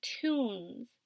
Tunes